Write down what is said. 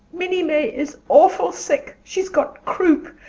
minnie may is awful sick she's got croup.